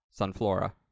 Sunflora